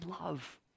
love